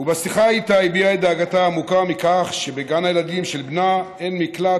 ובשיחה איתה הביעה את דאגתה העמוקה מכך שבגן הילדים של בנה אין מקלט,